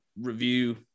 review